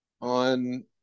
on